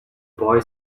boy